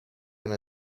una